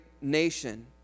nation